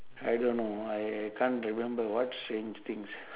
I don't know I can't remember what strange things